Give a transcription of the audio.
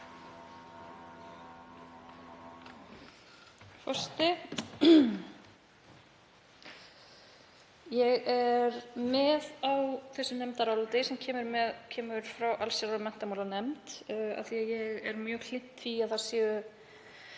Forseti. Ég er með á þessu nefndaráliti sem kemur frá allsherjar- og menntamálanefnd af því að ég er mjög hlynnt því að sett sé